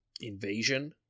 invasion